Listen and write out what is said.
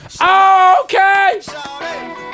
Okay